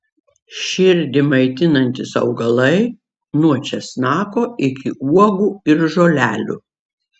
širdį maitinantys augalai nuo česnako iki uogų ir žolelių